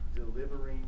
delivering